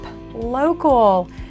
local